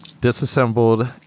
disassembled